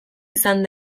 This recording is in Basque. izan